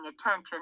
attention